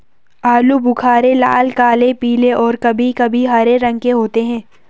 आलू बुख़ारे लाल, काले, पीले और कभी कभी हरे रंग के होते हैं